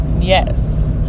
yes